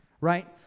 Right